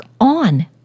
on